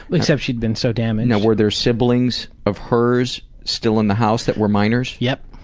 except she'd been so damaged. now were there siblings of hers still in the house that were minors? yep.